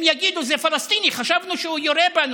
הם יגידו: זה פלסטיני, חשבנו שהוא יורה בנו,